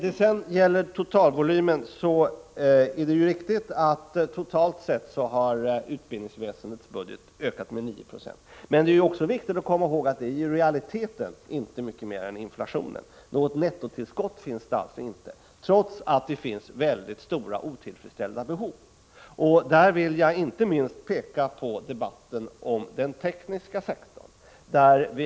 Vad gäller totalvolymen är det ju riktigt att utbildningsväsendets budget totalt har ökat med 9 96, men det är också viktigt att komma ihåg att det i realiteten inte motsvarar mycket mer än inflationen. Något nettotillskott görs alltså inte, trots att det finns mycket stora otillfredsställda behov. I det sammanhanget vill jag inte minst peka på debatten om den tekniska sektorn.